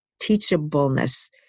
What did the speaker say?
teachableness